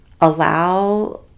allow